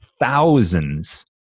thousands